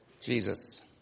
Jesus